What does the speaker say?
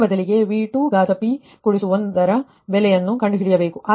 ಆದುದರಿಂದ V2ನ ಮೊದಲಿಗೆ V2p1ಯ ಬೆಲೆಯನ್ನು ಕಂಡುಹಿಡಿಯಬೇಕು